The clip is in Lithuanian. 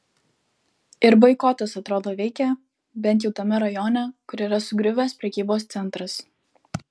ir boikotas atrodo veikia bent jau tame rajone kur yra sugriuvęs prekybos centras